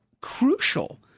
crucial